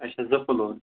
اچھا زٕ فلور